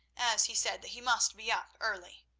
as he said that he must be up early.